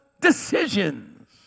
decisions